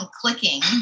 clicking